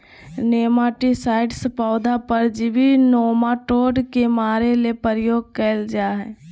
nematicides पौधा परजीवी nematode के मारे ले प्रयोग कयल जा हइ